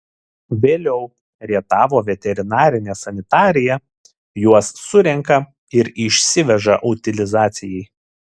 vėliau rietavo veterinarinė sanitarija juos surenka ir išsiveža utilizacijai